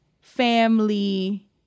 family